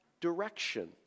direction